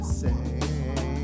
say